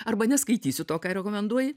arba neskaitysiu to ką rekomenduoji